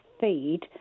feed